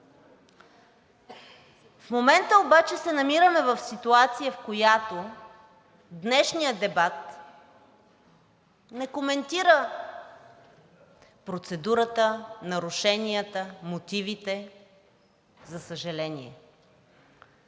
В момента обаче се намираме в ситуация, в която днешния дебат не коментира процедурата, нарушенията, мотивите, за съжаление,